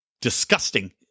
disgusting